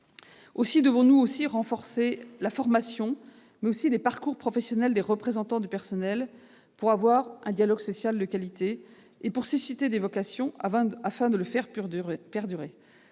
Aussi devons-nous renforcer davantage la formation mais aussi les parcours professionnels des représentants du personnel pour avoir un dialogue social de qualité et pour susciter des vocations afin de le faire perdurer.